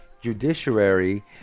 Judiciary